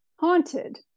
haunted